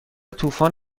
طوفان